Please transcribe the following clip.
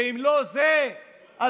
זה בסדר,